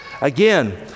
Again